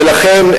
ולכן,